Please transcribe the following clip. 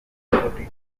protein